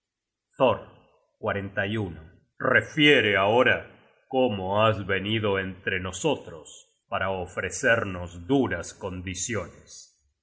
search generated at refiere ahora cómo has venido entre nosotros para ofrecernos duras condiciones